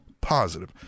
positive